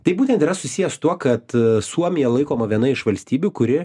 tai būtent yra susiję su tuo kad suomija laikoma viena iš valstybių kuri